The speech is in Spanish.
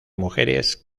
mujeres